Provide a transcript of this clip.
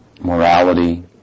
morality